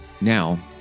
Now